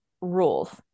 rules